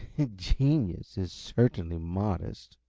genius is certainly modest,